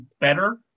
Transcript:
better